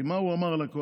כי מה הוא אמר לקואליציה?